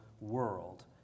world